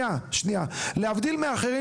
להבדיל מאחרים,